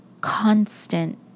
constant